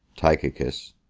tychicus,